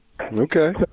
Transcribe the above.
okay